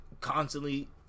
constantly